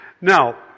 Now